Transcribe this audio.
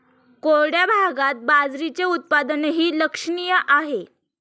कोरड्या भागात बाजरीचे उत्पादनही लक्षणीय आहे